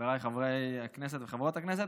חבריי חברי הכנסת וחברות הכנסת,